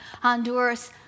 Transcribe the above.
Honduras